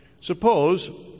suppose